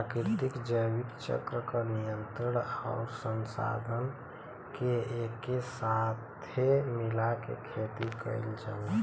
प्राकृतिक जैविक चक्र क नियंत्रण आउर संसाधन के एके साथे मिला के खेती कईल जाला